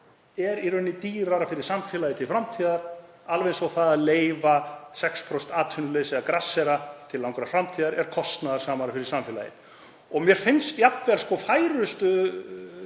eru í rauninni dýrara fyrir samfélagið til framtíðar, alveg eins og það að leyfa 6% atvinnuleysi að grassera til langrar framtíðar er kostnaðarsamara fyrir samfélagið. Mér finnst jafnvel færustu